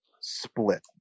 split